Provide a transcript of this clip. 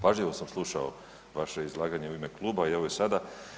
Pažljivo sam slušao vaše izlaganje u ime kluba, evo i sada.